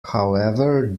however